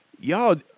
y'all